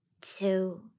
two